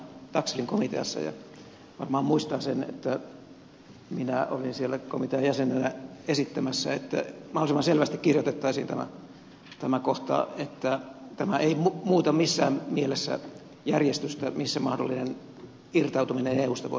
vistbacka oli mukana taxellin komiteassa ja varmaan muistaa sen että minä olin siellä komitean jäsenenä esittämässä että mahdollisimman selvästi kirjoitettaisiin tämä kohta että tämä ei muuta missään mielessä järjestystä missä mahdollinen irtautuminen eusta voisi tapahtua